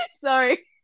Sorry